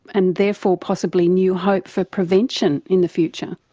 and therefore possibly new hope for prevention in the future?